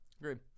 agreed